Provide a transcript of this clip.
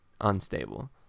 unstable